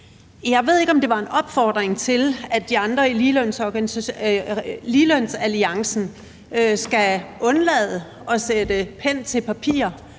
Jeg ved ikke, om det var en opfordring til de andre i ligelønsalliancen om at undlade at sætte pen til papir,